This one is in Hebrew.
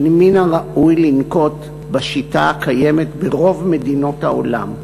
שמן הראוי לנקוט את השיטה הקיימת ברוב מדינות העולם,